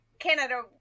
Canada